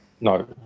No